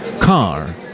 car